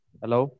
hello